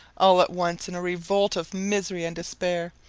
all at once, in a revolt of misery and despair,